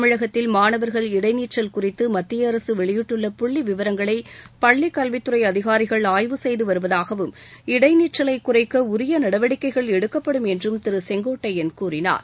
தமிழகத்தில் மாணவர்கள் இடைநிற்றல் குறித்து மத்திய அரசு வெளியிட்டுள்ள புள்ளி விவரங்களை பள்ளிக்கல்வித்துறை அதிகாரிகள் ஆய்வு செய்து வருவதாகவும் இடைநிற்றலை குறைக்க உரிய நடவடிக்கைகள் எடுக்கப்படும் என்றும் திரு செங்கோட்டையன் கூறினார்